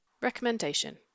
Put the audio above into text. Recommendation